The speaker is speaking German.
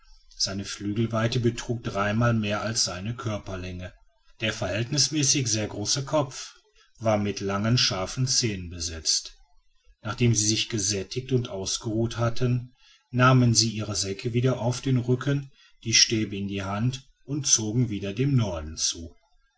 seine flügelweite betrug dreimal mehr als seine körperlänge der verhältnismäßig sehr große kopf war mit langen scharfen zähnen besetzt nachdem sie sich gesättigt und ausgeruht hatten nahmen sie ihre säcke wieder auf den rücken die stäbe in die hand und zogen wieder dem norden zu